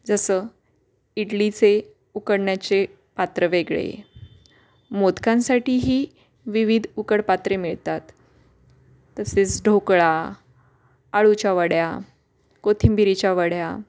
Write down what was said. जसं इडलीचे उकडण्याचे पात्र वेगळे मोदकांसाठीही विविध उकड पात्रे मिळतात तसेच ढोकळा अळूच्या वड्या कोथिंबीरीच्या वड्या